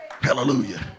Hallelujah